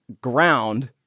ground